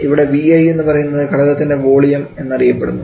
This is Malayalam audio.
ഇവിടെ Vi എന്നു പറയുന്നത് ഘടകത്തിൻറെ വോളിയം എന്നറിയപ്പെടുന്നു